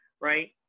right